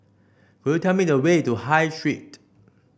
could you tell me the way to High Street